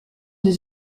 des